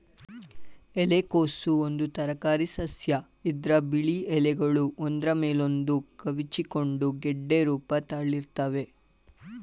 ಎಲೆಕೋಸು ಒಂದು ತರಕಾರಿಸಸ್ಯ ಇದ್ರ ಬಿಳಿ ಎಲೆಗಳು ಒಂದ್ರ ಮೇಲೊಂದು ಕವುಚಿಕೊಂಡು ಗೆಡ್ಡೆ ರೂಪ ತಾಳಿರ್ತವೆ